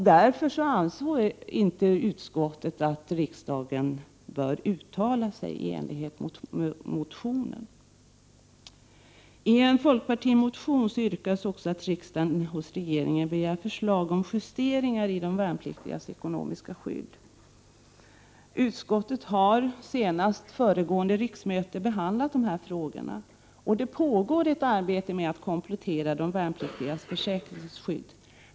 Utskottet anser därför att riksdagen inte nu bör uttala sig i enlighet med motionens önskemål. I en folkpartimotion yrkas att riksdagen hos regeringen begär förslag om justeringar i de värnpliktigas ekonomiska skydd. Utskottet har, senast under föregående riksmöte, behandlat dessa frågor. Det pågår ett arbete med att komplettera de värnpliktigas försäkringsskydd.